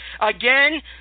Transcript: Again